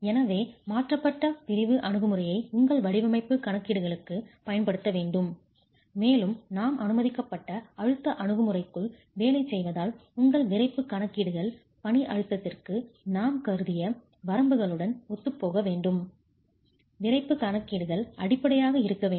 எனவே மாற்றப்பட்ட பிரிவு அணுகுமுறையை உங்கள் வடிவமைப்பு கணக்கீடுகளுக்குப் பயன்படுத்த வேண்டும் மேலும் நாம் அனுமதிக்கப்பட்ட அழுத்த அணுகுமுறைக்குள் வேலை செய்வதால் உங்கள் விறைப்புக் கணக்கீடுகள் பணி அழுத்தத்திற்கு நாம் கருதிய வரம்புகளுடன் ஒத்துப்போக வேண்டும் விறைப்பு கணக்கீடுகள் அடிப்படையாக இருக்க வேண்டும்